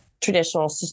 traditional